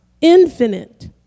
infinite